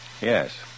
Yes